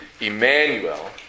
Emmanuel